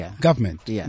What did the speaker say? government